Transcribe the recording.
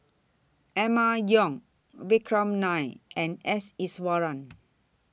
Emma Yong Vikram Nair and S Iswaran